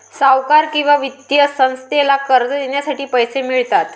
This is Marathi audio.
सावकार किंवा वित्तीय संस्थेला कर्ज देण्यासाठी पैसे मिळतात